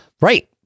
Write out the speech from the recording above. Right